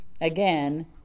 again